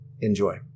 Enjoy